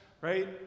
right